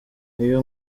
niyo